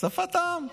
שפת העם.